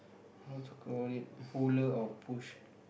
how to call it puller or push